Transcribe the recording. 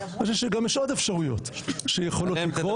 אני חושב שגם יש עוד אפשרויות שיכולות לקרות.